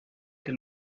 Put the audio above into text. que